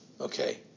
Okay